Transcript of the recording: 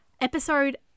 episode